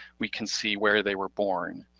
we can see where they were born,